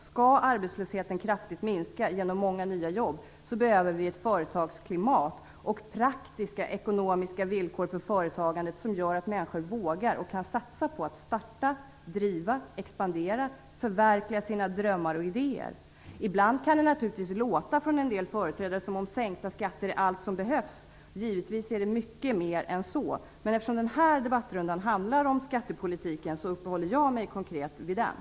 Skall arbetslösheten kraftigt minska genom många nya jobb behöver vi ett företagsklimat och praktiska och ekonomiska villkor för företagandet som gör att människor vågar och kan satsa på att starta, driva, expandera och förverkliga sina drömmar och idéer. Ibland kan det från en del företrädare låta som att sänkta skatter är allt som behövs. Givetvis är det mycket mer än så. Men eftersom den här debattrundan handlar om skattepolitiken uppehåller jag mig konkret vid den.